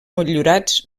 motllurats